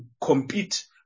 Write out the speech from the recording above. compete